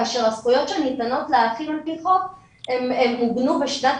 כאשר הזכויות שניתנות לאחים על פי חוק הן עוגנו בשנת